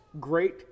great